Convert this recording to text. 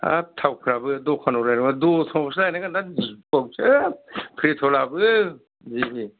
हाब थावफ्राबो दखानाव लायनांगौबा दत'मायावसो लायनांगोन दां दिफुयावसो पेट्रलाबो जि